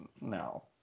No